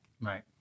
Right